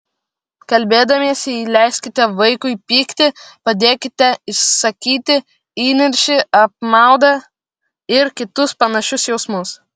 kalbėdamiesi leiskite vaikui pykti padėkite išsakyti įniršį apmaudą ir kitus panašius jausmus